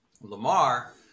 Lamar